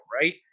right